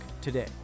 today